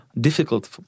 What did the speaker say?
difficult